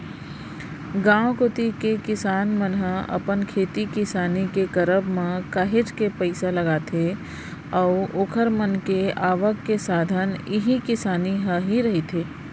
गांव कोती के किसान मन ह अपन खेती किसानी के करब म काहेच के पइसा लगाथे अऊ ओखर मन के आवक के साधन इही किसानी ह ही रहिथे